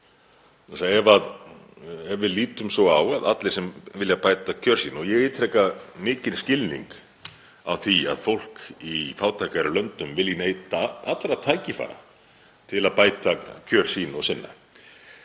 Ef við lítum svo á að allir sem vilja bæta kjör sín — og ég ítreka mikinn skilning á því að fólk í fátækari löndum vilji neyta allra tækifæra til að bæta kjör sín og sinna.